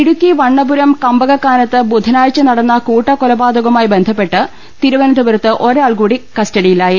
ഇടുക്കി വണ്ണപുരം കമ്പകക്കാനത്ത് ബ്യൂധനാഴ്ച നടന്ന കൂട്ട ക്കൊലപാതകവുമായി ബന്ധപ്പെട്ട് തിരുമ്പനന്തപുരത്ത് ഒരാൾകൂടി കസ്റ്റഡിയിലായി